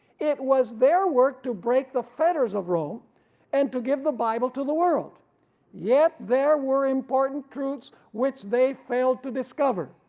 it was their work to break the fetters of rome and to give the bible to the world yet there were important truths which they failed to discover,